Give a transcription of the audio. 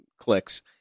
clicks